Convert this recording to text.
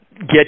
get